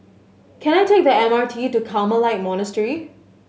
can I take the M R T to Carmelite Monastery